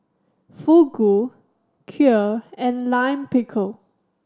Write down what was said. Fugu Kheer and Lime Pickle